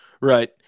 Right